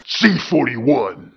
C41